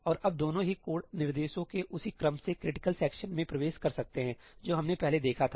और अब दोनों ही कोड निर्देशों के उसी क्रम से क्रिटिकल सेक्शन में प्रवेश कर सकते हैं जो हमने पहले देखा था